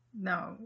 No